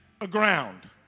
aground